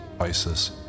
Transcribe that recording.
Isis